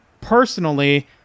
Personally